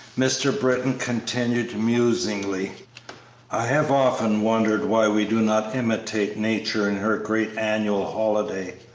mr. britton continued, musingly i have often wondered why we do not imitate nature in her great annual holiday,